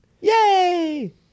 yay